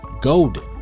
golden